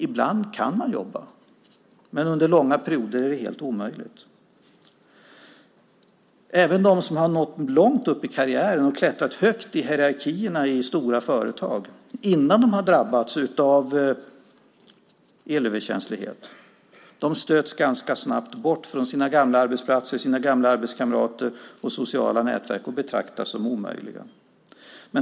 Ibland kan man jobba, men under långa perioder är det helt omöjligt. Även de som har nått långt i karriären och klättrat högt upp i hierarkierna i stora företag innan de drabbats av elöverkänslighet stöts ganska snabbt bort från sina gamla arbetsplatser, arbetskamrater och sociala nätverk och betraktas som omöjliga.